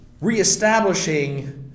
reestablishing